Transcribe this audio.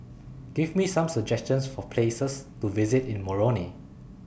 Give Me Some suggestions For Places to visit in Moroni